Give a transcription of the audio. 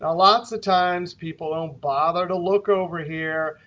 ah lots of times, people don't bother to look over here.